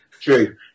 true